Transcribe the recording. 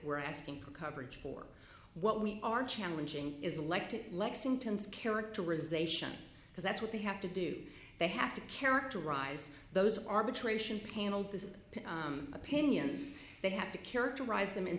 we're asking for coverage for what we are challenging is like to lexington's characterization because that's what they have to do they have to characterize those arbitration panel decision opinions they have to characterize them in